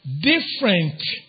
different